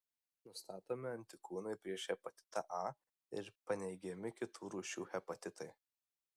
nustatomi antikūnai prieš hepatitą a ir paneigiami kitų rūšių hepatitai